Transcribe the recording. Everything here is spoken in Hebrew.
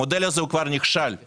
המודל הזה כבר נכשל ו